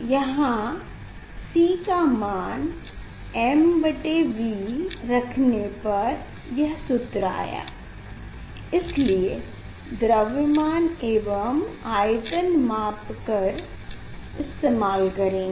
यहाँ C का मान m बटे V रखने से यह सूत्र आया इसलिए द्रव्यमान एवं आयतन माप कर इस्तेमाल करेंगे